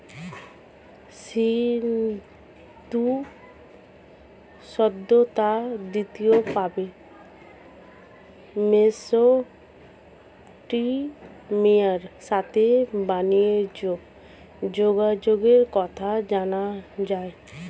সিন্ধু সভ্যতার দ্বিতীয় পর্বে মেসোপটেমিয়ার সাথে বানিজ্যে যোগাযোগের কথা জানা যায়